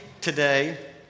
today